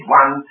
one